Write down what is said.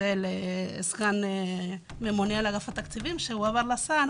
סגן הממונה על אגף התקציבים שהועבר לשר.